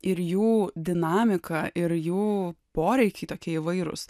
ir jų dinamika ir jų poreikiai tokie įvairūs